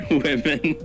...women